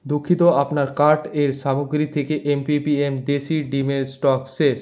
দুঃখিত আপনার কার্টের সামগ্রী থেকে এমপিএম দেশি ডিমের স্টক শেষ